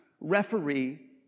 referee